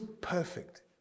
perfect